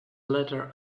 latter